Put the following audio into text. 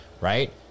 right